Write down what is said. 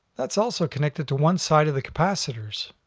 that's also connected to one side of the capacitors.